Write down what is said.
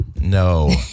No